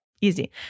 Easy